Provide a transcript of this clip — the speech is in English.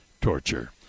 torture